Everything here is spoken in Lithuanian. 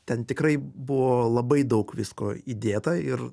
ten tikrai buvo labai daug visko įdėta ir